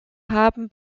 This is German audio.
haben